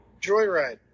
Joyride